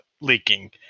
leaking